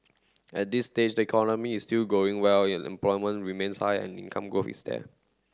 at this stage the economy is still growing well employment remains high and income growth is there